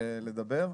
לדבר.